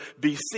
BC